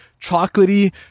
chocolatey